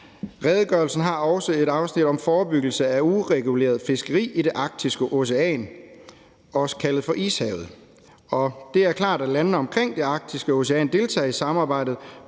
Redegørelsen har også et afsnit om forebyggelse af ureguleret fiskeri i Det Arktiske Ocean, også kaldet for Ishavet. Det er klart, at landene omkring Det Arktiske Ocean deltager i samarbejdet,